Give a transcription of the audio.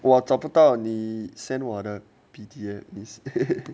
我找不到你 send 我的 P_D_F